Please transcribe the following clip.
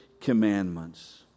commandments